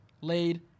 lead